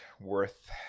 worth